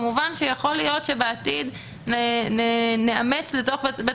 כמובן שיכול להיות שבעתיד נאמץ לתוך בית